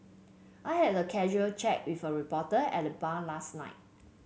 I had a casual chat with a reporter at the bar last night